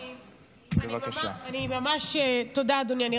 תודה, אדוני.